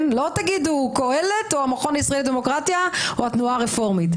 לא תגידו קהלת או המכון הישראלי לדמוקרטיה או התנועה הרפורמית,